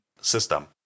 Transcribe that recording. system